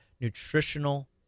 nutritional